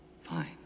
Fine